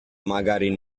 magari